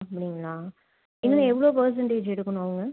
அப்படிங்களா இதில் எவ்வளோ பர்ஸண்டேஜ் எடுக்கணும் அவங்க